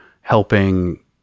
helping